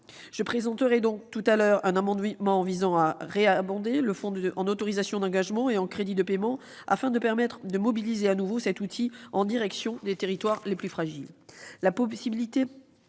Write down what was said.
Je présenterai tout à l'heure un amendement visant à réabonder le fonds en autorisations d'engagement et en crédits de paiement, afin de permettre de mobiliser de nouveau cet outil en direction des territoires les plus fragiles.